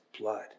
blood